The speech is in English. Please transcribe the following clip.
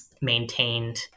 maintained